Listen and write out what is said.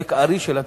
בחלק הארי של התקציב,